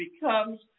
becomes